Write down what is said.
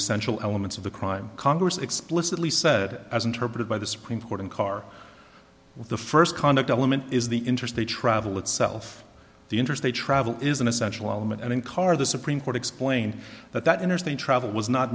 essential elements of the crime congress explicitly said as interpreted by the supreme court in car well the first conduct element is the interest they travel itself the interest they travel is an essential element and in car the supreme court explained that that interstate travel was not